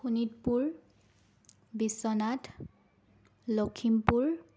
Sonitpur Biswanath Lakhimpur